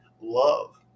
love